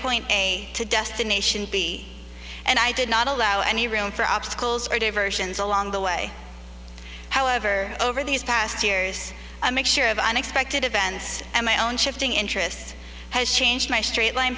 point a to destination b and i did not allow any room for obstacles or diversions along the way however over these past years a mixture of unexpected events and my own shifting interests has changed my straight line